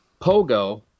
Pogo